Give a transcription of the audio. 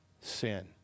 sin